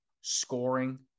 scoring